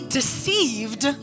deceived